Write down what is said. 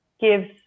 gives